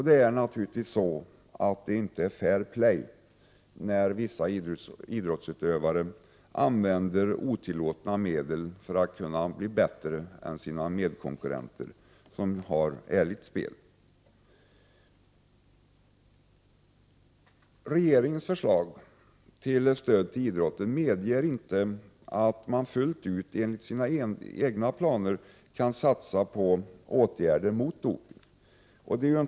Det är naturligtvis inte heller fair play när vissa idrottsutövare använder otillåtna medel för att kunna bli bättre än sina konkurrenter, som spelar ärligt. Regeringens förslag till stöd åt idrotten medger inte att den enligt egna planer fullt ut kan satsa på åtgärder mot doping.